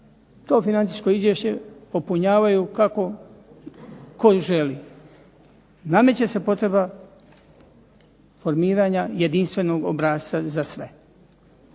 to financijsko izvješće popunjavaju kako tko želi. Nameće se potreba formiranja jedinstvenog obrasca za sve.